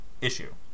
issue